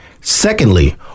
Secondly